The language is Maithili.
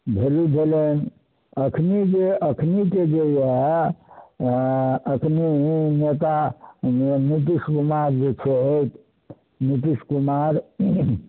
वैल्यू भेलनि एखने ज एखनके जे हइ अऽ एखन नेता नितीश कुमार जे छै नितीश कुमार